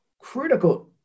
critical